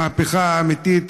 המהפכה האמיתית,